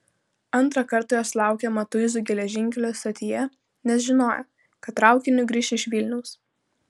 antrą kartą jos laukė matuizų geležinkelio stotyje nes žinojo kad traukiniu grįš iš vilniaus